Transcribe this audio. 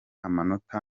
amanota